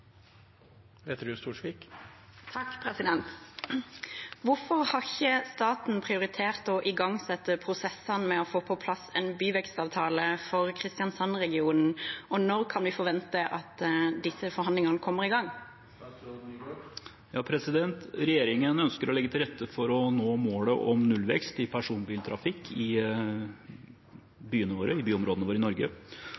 har ikke staten prioritert å igangsette prosessen med å få på plass en byvekstavtale for Kristiansandregionen, og når kan vi forvente at denne forhandlingen kommer i gang?» Regjeringen ønsker å legge til rette for å nå målet om nullvekst i personbiltrafikk i